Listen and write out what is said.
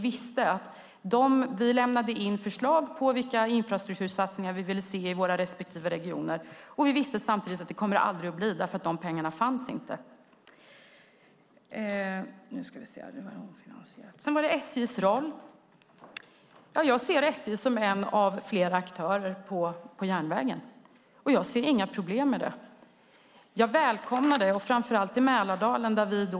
Vi lämnade in förslag på infrastruktursatsningar som vi ville se i våra respektive regioner. Vi visste samtidigt att de aldrig skulle bli av, därför att de pengarna inte fanns. När det gäller SJ:s roll ser jag SJ som en av flera aktörer på järnvägen, och jag ser inga problem med det. Jag välkomnar det, och framför allt i Mälardalen.